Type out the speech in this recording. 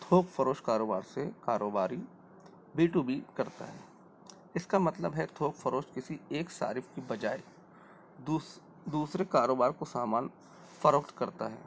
تھوک فروش کاربار سے کاروباری بی ٹو بی کرتا ہے اس کا مطلب ہے تھوک فروش کسی ایک صارف کی بجائے دوسرے کاروبار کو سامان فروخت کرتا ہے